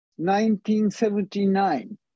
1979